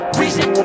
reason